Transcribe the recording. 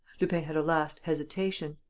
lupin had a last hesitation